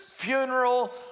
funeral